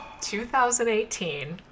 2018